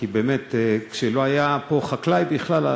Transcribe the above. כי באמת כשלא היה פה חקלאי בכלל,